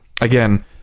again